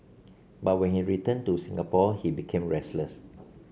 but when he returned to Singapore he became restless